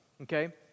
okay